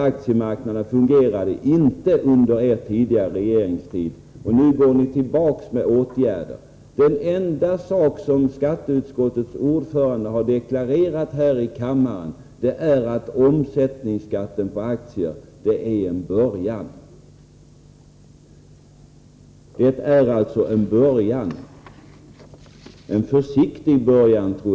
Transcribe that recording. Aktiemarknaden fungerade ju inte under er tidigare regeringstid, och nu kommer ni tillbaka och vidtar åtgärder. Det enda som skatteutskottets ordförande har deklarerat här i kammaren är att omsättningsskatten på aktier är en början — jag tror t.o.m. att han talade om en försiktig början.